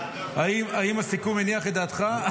האם הסיכום הניח את דעתך?